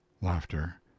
Laughter